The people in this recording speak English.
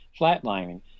flatlining